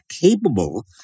capable